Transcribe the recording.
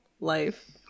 life